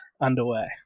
underway